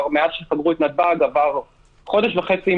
מאז שסגרו את נתב"ג עבר חודש וחצי,